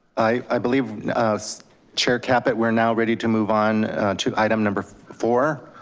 i believe chair caput, we're now ready to move on to item number four.